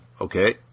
Okay